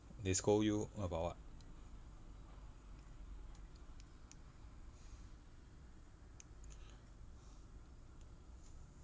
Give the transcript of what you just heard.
they scold you about what